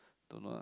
don't know ah